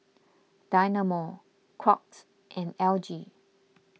Dynamo Crocs and L G